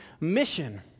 mission